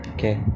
Okay